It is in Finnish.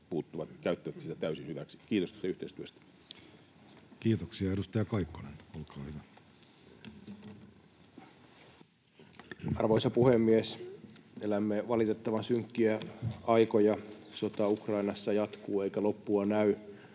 puuttuvat, käyttävät sitä täysin hyväkseen. Kiitos tästä yhteistyöstä. Kiitoksia. — Edustaja Kaikkonen, olkaa hyvä. Arvoisa puhemies! Elämme valitettavan synkkiä aikoja. Sota Ukrainassa jatkuu eikä loppua näy,